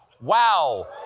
Wow